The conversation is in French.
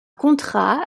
contrat